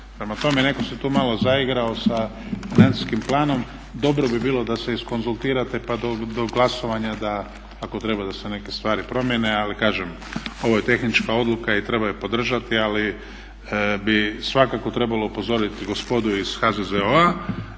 Prema tome, netko se tu malo zaigrao sa financijskim planom. Dobro bi bilo da se iskonzultirate pa do glasovanja ako treba da se neke stvari promijene. Ali kažem ovo je tehnička odluka i treba je podržati ali bi svakako trebalo upozoriti gospodu iz HZZO